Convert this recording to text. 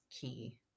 key